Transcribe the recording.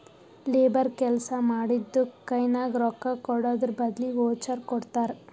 labour ಕೆಲ್ಸಾ ಮಾಡಿದ್ದುಕ್ ಕೈನಾಗ ರೊಕ್ಕಾಕೊಡದ್ರ್ ಬದ್ಲಿ ವೋಚರ್ ಕೊಡ್ತಾರ್